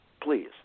Please